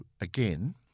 again